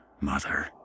Mother